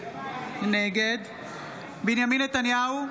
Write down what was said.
נגד בנימין נתניהו,